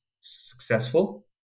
successful